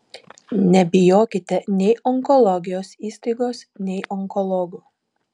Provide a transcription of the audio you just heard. nebijokite nei onkologijos įstaigos nei onkologų